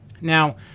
now